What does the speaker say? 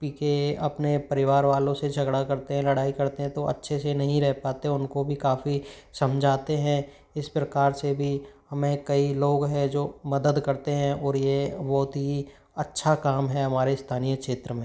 पीके अपने परिवार वालों से झगड़ा करते हैं लड़ाई करते हैं तो अच्छे से नहीं रह पाते उनको भी काफ़ी समझते हैं इस प्रकार से भी हमें कई लोग हैं जो मदद करते हैं और ये बहुत ही अच्छा काम है हमारे स्थानीय क्षेत्र में